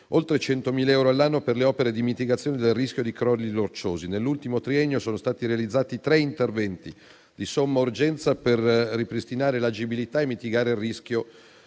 oltre 100.000 euro all'anno per le opere di mitigazione del rischio di crolli rocciosi. Nell'ultimo triennio sono stati realizzati tre interventi di somma urgenza per ripristinare l'agibilità e mitigare il rischio